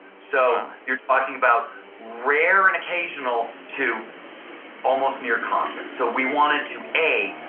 so you're talking about rare and occasional to almost near constant. so we wanted to a,